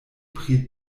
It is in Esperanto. pri